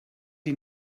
die